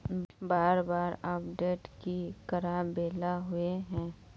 बार बार अपडेट की कराबेला होय है?